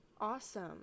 awesome